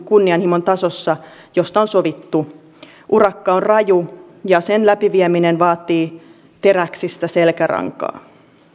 kunnianhimon tasossa josta on sovittu urakka on raju ja sen läpivieminen vaatii teräksistä selkärankaa